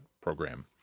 program